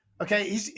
okay